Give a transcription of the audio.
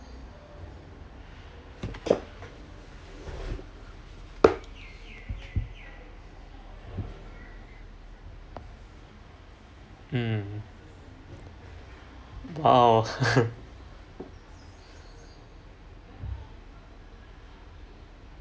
um !wow!